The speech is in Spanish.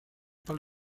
para